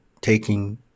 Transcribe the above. taking